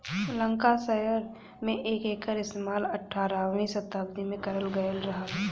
Lancashire में एकर इस्तेमाल अठारहवीं सताब्दी में करल गयल रहल